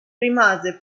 rimase